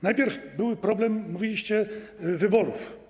Najpierw był problem, jak mówiliście, wyborów.